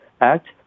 Act